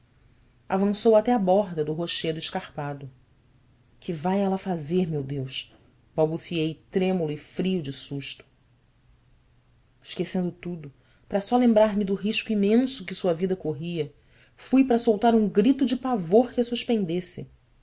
avançou até a borda do rochedo escarpado ue vai ela fazer meu deus balbuciei trêmulo e frio de susto esquecendo tudo para só lembrar-me do risco imenso que sua vida corria fui para soltar um grito de pavor que a suspendesse